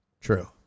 True